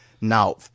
now